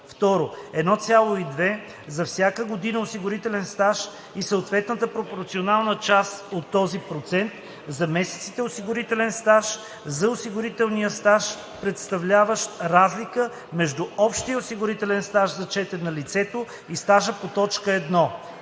2. 1,2 за всяка година осигурителен стаж и съответната пропорционална част от този процент за месеците осигурителен стаж – за осигурителния стаж, представляващ разлика между общия осигурителен стаж, зачетен на лицето, и стажа по т. 1.“